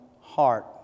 heart